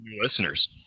listeners